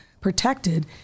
protected